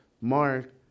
mark